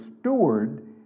steward